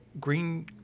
green